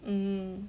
mm